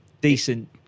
Decent